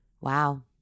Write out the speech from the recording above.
Wow